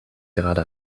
gerade